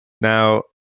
Now